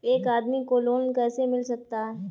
एक आदमी को लोन कैसे मिल सकता है?